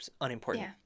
unimportant